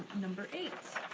number eight.